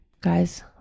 Guys